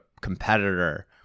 competitor